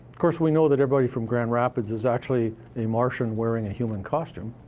course, we know that everybody from grand rapids is actually a martian wearing a human costume.